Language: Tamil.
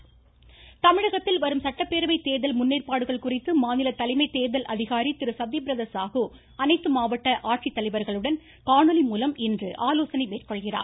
சத்யபிரத சாகு தமிழகத்தில் வரும் சட்டப்பேரவை தேர்தல் முன்னேற்பாடுகள் குறித்து மாநில தலைமை தேர்தல் அதிகாரி திரு சத்யபிரத சாகு அனைத்து மாவட்ட ஆட்சித்தலைவர்களுடன் காணொலி மூலம் இன்று ஆலோசனை மேற்கொள்கிறார்